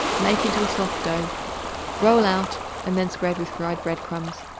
make into a soft dough roll out and then spread with fried bread-crumbs.